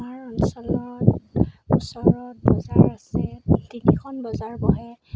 আমাৰ অঞ্চলত ওচৰত বজাৰ আছে তিনিখন বজাৰ বহে